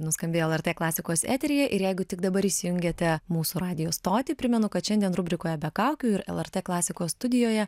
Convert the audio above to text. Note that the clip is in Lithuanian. nuskambėjo lrt klasikos eteryje ir jeigu tik dabar įsijungėte mūsų radijo stotį primenu kad šiandien rubrikoje be kaukių ir lrt klasikos studijoje